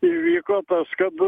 įvyko tas kad